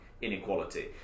inequality